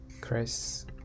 Chris